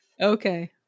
Okay